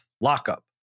Lockup